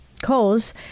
cause